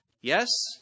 yes